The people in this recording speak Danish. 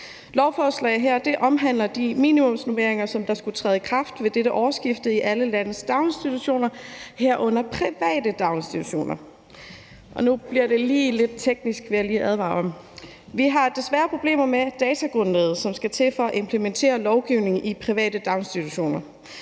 Lovforslaget her omhandler de minimumsnormeringer, der skulle træde i kraft ved dette årsskifte i alle landets daginstitutioner, herunder private daginstitutioner. Nu bliver det lige lidt teknisk, vil jeg advare om. Vi har desværre problemer med datagrundlaget, som skal til for at implementere lovgivningen i private daginstitutioner.